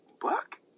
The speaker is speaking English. Buck